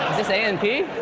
this a and p?